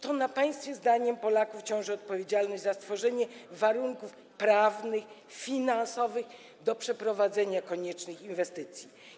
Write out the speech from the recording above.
To na państwie zdaniem Polaków ciąży odpowiedzialność za stworzenie warunków prawnych, finansowych do przeprowadzenia koniecznych inwestycji.